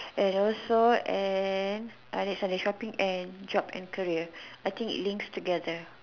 and also and shopping and job and career I think it links together